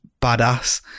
badass